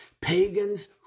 Pagans